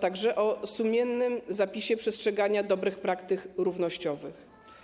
także o sumiennym zapisie o przestrzeganiu dobrych praktyk równościowych.